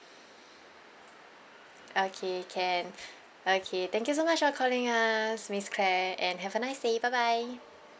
okay can okay thank you so much for calling us miss claire and have a nice day bye bye